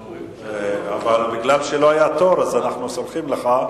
אבל מכיוון שלא היה תור אנחנו סולחים לך.